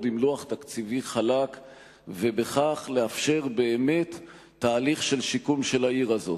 עם לוח תקציבי חלק ובכך לאפשר באמת תהליך של שיקום העיר הזאת.